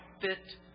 fit